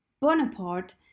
Bonaparte